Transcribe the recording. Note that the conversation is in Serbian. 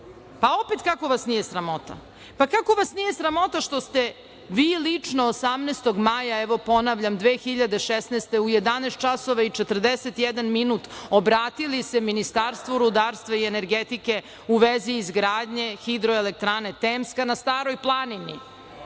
opet kako vas nije sramota? Pa, kako vas nije sramota što ste vi lično 18. maja. ponavljam 2016. godine u 11 časova i 41 minut obratili se Ministarstvu rudarstva i energetike u vezi izgradnje Hidroelektrane „Temska“ na Staroj planini